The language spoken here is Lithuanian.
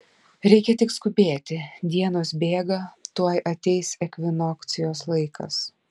reikia tik skubėti dienos bėga tuoj ateis ekvinokcijos laikas